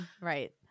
right